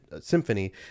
symphony